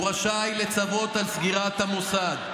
הוא רשאי לצוות על סגירת המוסד.